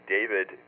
David